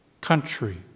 country